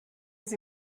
sie